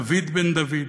דוד בן-דוד,